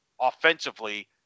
offensively